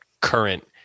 current